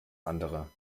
andere